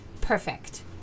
perfect